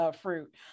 fruit